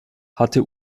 hatte